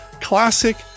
Classic